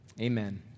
Amen